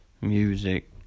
music